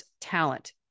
talent